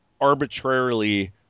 arbitrarily